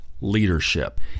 leadership